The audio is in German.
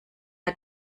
hat